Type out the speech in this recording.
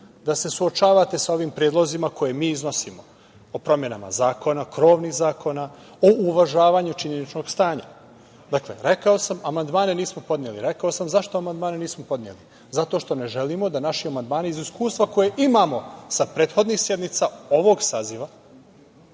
da se suočavate sa ovim predlozima koje mi iznosimo o promenama zakona, krovnih zakona, o uvažavanju činjeničnog stanja. Rekao sam, amandmane nismo podneli. Rekao sam zašto amandmane nismo podneli. Zato što ne želimo da naši amandmani, iz iskustva koje imamo sa prethodnih sednica ovog saziva,